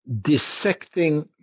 dissecting